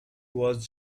was